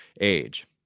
age